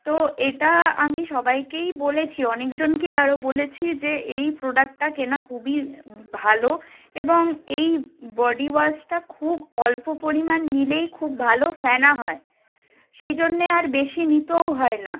তো এটা আমি সবাইকেই বলেছি অনেকজনকেই আরও বলেছি যে এই প্রোডাক্টটা কেনা খুবই ভালো এবং এই বডি ওয়াশটা খুব অল্প পরিমাণ নিলেই খুব ভালো ফেনা হয় সেই জন্যে আর বেশি নিতেও হয় না